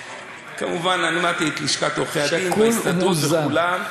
כמובן, אמרתי את לשכת עורכי-הדין, ההסתדרות וכולם.